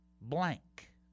blank